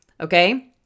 okay